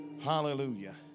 hallelujah